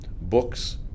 books